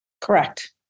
Correct